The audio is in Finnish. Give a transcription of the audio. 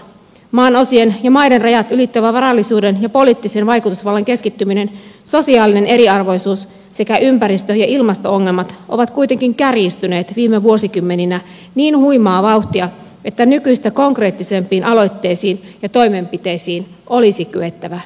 maanosien ja maiden rajat ylittävä varallisuuden ja poliittisen vaikutusvallan keskittyminen sosiaalinen eriarvoisuus sekä ympäristö ja ilmasto ongelmat ovat kuitenkin kärjistyneet viime vuosikymmeninä niin huimaa vauhtia että nykyistä konkreettisempiin aloitteisiin ja toimenpiteisiin olisi kyettävä heti